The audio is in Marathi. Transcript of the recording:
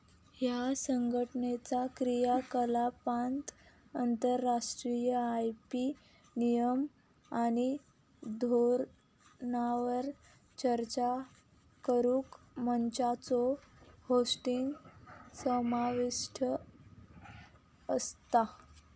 ह्या संघटनाचा क्रियाकलापांत आंतरराष्ट्रीय आय.पी नियम आणि धोरणांवर चर्चा करुक मंचांचो होस्टिंग समाविष्ट असता